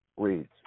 reads